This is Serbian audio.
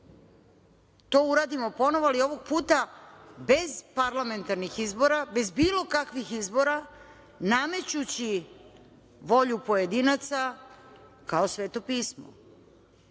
to uradimo ponovo, ali ovog puta bez parlamentarnih izbora, bez bilo kakvih izbora, namećući volju pojedinaca kao sveto pismo.